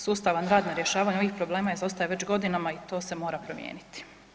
Sustavan rad na rješavanju ovih problema izostaje već godinama i to se mora promijeniti.